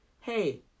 Hey